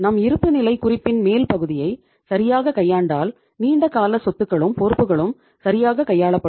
நம் இருப்புநிலை குறிப்பின் மேல் பகுதியை சரியாக கையாண்டால் நீண்டகால சொத்துக்களும் பொறுப்புகளும் சரியாக கையாளப்படும்